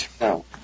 No